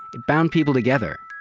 but bound people together.